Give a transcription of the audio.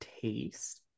taste